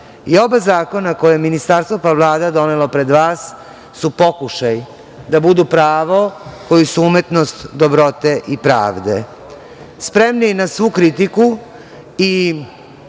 I oba zakona koje je ministarstvo pa Vlada donela pred vas su pokušaji da budu pravo koji su umetnost dobrote i pravde. Spremni na svu kritiku i